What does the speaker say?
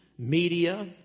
Media